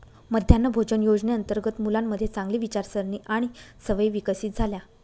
मध्यान्ह भोजन योजनेअंतर्गत मुलांमध्ये चांगली विचारसारणी आणि सवयी विकसित झाल्या